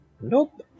Nope